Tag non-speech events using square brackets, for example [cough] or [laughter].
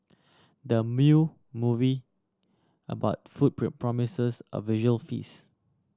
the [unintelligible] movie about food [unintelligible] promises a visual feast